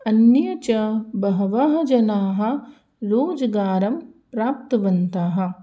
अन्ये च बहवः जनाः रोजगारं प्राप्तवन्तः